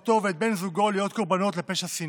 אותו ואת בן זוגו להיות קורבנות לפשע שנאה.